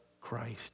Christ